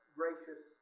gracious